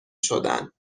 شدن